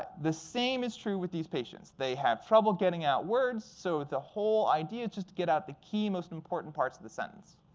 ah the same is true with these patients. they have trouble getting out words. so the whole idea just to get out the key, most important parts of the sentence.